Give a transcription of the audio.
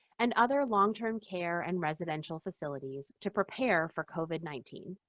and other long-term care and residential facilities to prepare for covid nineteen.